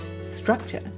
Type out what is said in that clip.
structure